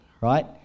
right